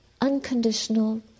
unconditional